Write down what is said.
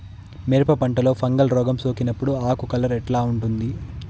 మిరప పంటలో ఫంగల్ రోగం సోకినప్పుడు ఆకు కలర్ ఎట్లా ఉంటుంది?